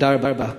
תודה רבה.